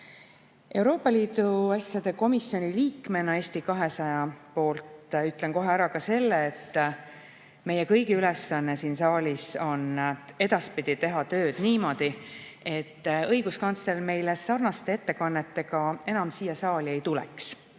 Euroopa Liidu asjade komisjoni liikmena ja Eesti 200 nimel ütlen kohe ära ka selle, et meie kõigi ülesanne siin saalis on edaspidi teha tööd niimoodi, et õiguskantsler sarnaste ettekannetega enam siia saali ei tuleks.